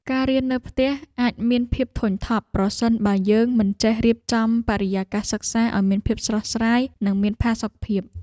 ការរៀននៅផ្ទះអាចមានភាពធុញថប់ប្រសិនបើយើងមិនចេះរៀបចំបរិយាកាសសិក្សាឱ្យមានភាពស្រស់ស្រាយ និងមានផាសុកភាព។